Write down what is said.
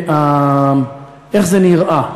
איך זה נראה.